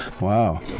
wow